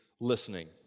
listening